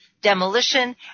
demolition